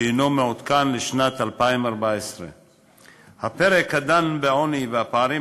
שמעודכן לשנת 2014. הפרק הדן בעוני והפערים